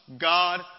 God